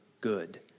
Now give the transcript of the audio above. good